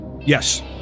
Yes